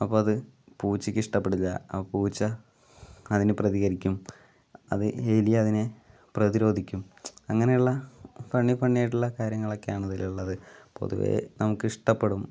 അപ്പം അത് പൂച്ചക്കിഷ്ടപ്പെടില്ല ആ പൂച്ച അതിന് പ്രതികരിക്കും അത് എലി അതിനെ പ്രതിരോധിക്കും അങ്ങനെയുള്ള ഫണ്ണി ഫണ്ണിയായിട്ടുള്ള കാര്യങ്ങളൊക്കെയാണ് ഇതിലുള്ളത് പൊതുവെ നമുക്കിഷ്ടപ്പെടും